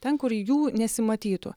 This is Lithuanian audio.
ten kur jų nesimatytų